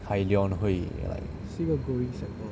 Hyliion 会 like